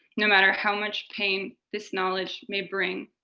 no matter how much pain this knowledge may bring.